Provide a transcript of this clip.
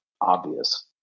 obvious